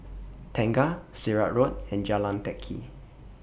Tengah Sirat Road and Jalan Teck Kee